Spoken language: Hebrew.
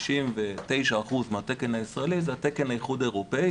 99% מהתקן הישראלי זה התקן של האיחוד האירופאי